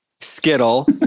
skittle